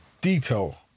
detail